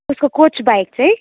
उसको कोचबाहेक चाहिँ